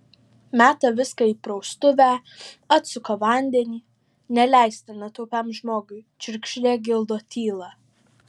meta viską į praustuvę atsuka vandenį neleistina taupiam žmogui čiurkšlė gildo tylą